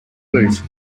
boot